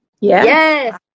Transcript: yes